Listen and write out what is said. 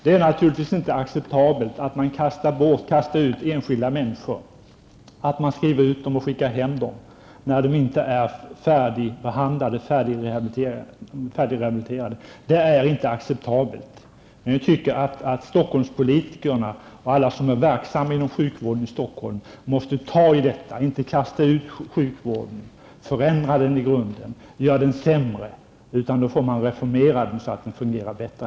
Det är naturligtvis inte acceptabelt att man skriver ut patienter och skickar hem dem innan de är färdigrehabiliterade. Stockholmspolitikerna och alla som är verksamma inom sjukvården i Stockholm måste ta itu med problemet och inte förkasta sjukvården. Den behöver förändras i grunden, men inte så att den blir sämre. Man måste reformera så att den fungerar bättre.